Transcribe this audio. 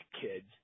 kids